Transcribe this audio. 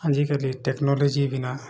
ଆଜିିକାଲି ଟେକ୍ନୋଲୋଜି ବିନା